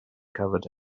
covered